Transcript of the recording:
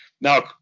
Now